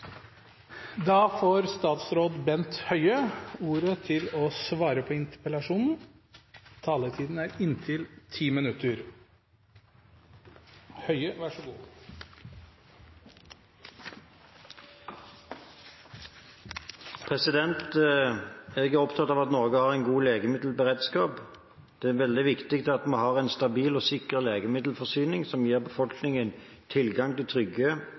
Jeg er opptatt av at Norge har en god legemiddelberedskap. Det er veldig viktig at vi har en stabil og sikker legemiddelforsyning som gir befolkningen tilgang til trygge